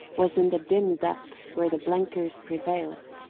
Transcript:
was in the dim depths where the blenkers prevailed,